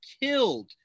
killed